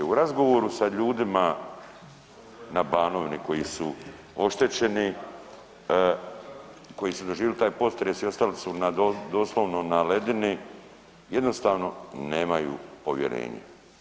U razgovoru sa ljudima na Banovini koji su oštećeni koji su doživjeli taj potres i ostali doslovno na ledini jednostavno nemaju povjerenje.